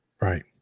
right